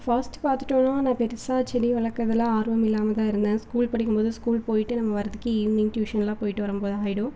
first பார்த்துட்டோம்னா நான் பெருசாக செடி வளர்க்குறதுல ஆர்வம் இல்லாமல் தான் இருந்தேன் ஸ்கூல் படிக்கும் போது ஸ்கூல் போய்விட்டு நம்ம வரறதுக்கு ஈவினிங் டியூஷன்லாம் போய்விட்டு வரும் போது ஆயிடும்